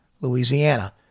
Louisiana